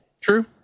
True